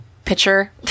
Picture